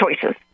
choices